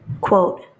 quote